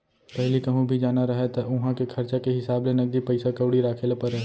पहिली कहूँ भी जाना रहय त उहॉं के खरचा के हिसाब ले नगदी पइसा कउड़ी राखे ल परय